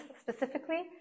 specifically